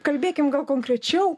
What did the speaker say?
kalbėkim gal konkrečiau